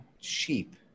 sheep